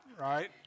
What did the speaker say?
right